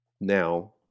Now